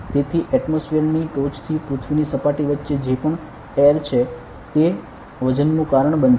તેથી એટમોસફીયરની ટોચથી પૃથ્વીની સપાટી વચ્ચે જે પણ એર છે તે વજનનું કારણ બનશે